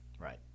Right